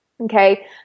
Okay